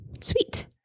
Sweet